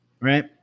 right